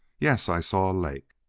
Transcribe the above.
yes i saw a lake.